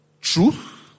truth